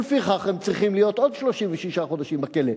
ולפיכך הם צריכים להיות עוד 36 חודשים בכלא,